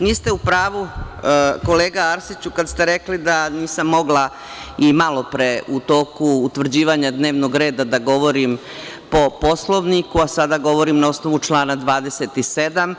Niste u pravu, kolega Arsiću, kada ste rekli da sam mogla i malopre u toku utvrđivanja dnevnog reda da govorim po Poslovniku, a sada govorim na osnovu člana 27.